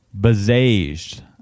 besieged